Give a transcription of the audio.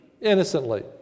innocently